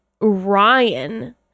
Ryan